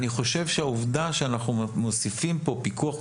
אני חושב שהעובדה שאנחנו מוסיפים פה פיקוח טכנולוגי,